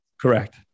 Correct